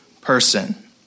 person